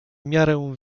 miarę